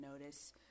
notice